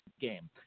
game